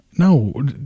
No